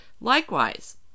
Likewise